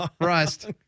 Rust